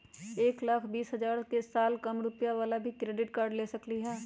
एक लाख बीस हजार के साल कम रुपयावाला भी क्रेडिट कार्ड ले सकली ह?